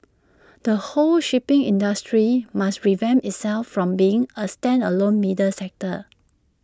the whole shipping industry must revamp itself from being A standalone middle sector